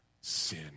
sin